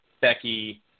Becky